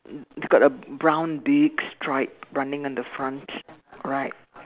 it's got a brown big stripe running on the front right